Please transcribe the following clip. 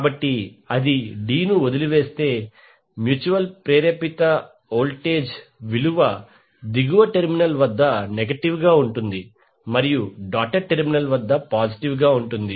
కాబట్టి అది d ను వదిలివేస్తే మ్యూచువల్ ప్రేరిత వోల్టేజ్ విలువ దిగువ టెర్మినల్ వద్ద నెగెటివ్ గా ఉంటుంది మరియు డాటెడ్ టెర్మినల్ వద్ద పాజిటివ్ గా ఉంటుంది